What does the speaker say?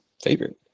favorite